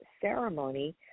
ceremony